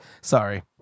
Sorry